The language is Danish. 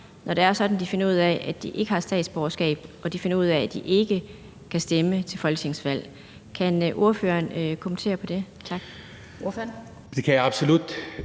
når det er sådan, at man finder ud af, at man ikke har et statsborgerskab, og man finder ud af, at man ikke kan stemme til folketingsvalg. Kan ordføreren kommentere på det? Tak. Kl.